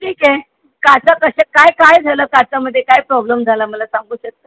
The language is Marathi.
ठीक आहे काचा कसं काय काय झालं काचामध्ये काय प्रॉब्लम झाला मला सांगू शकता